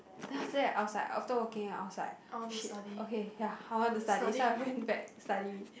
then after that I was like after working I was like !shit! okay ya I want to study so I went back to study